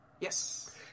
yes